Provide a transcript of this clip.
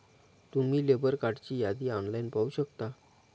तुम्ही लेबर कार्डची यादी ऑनलाइन पाहू शकता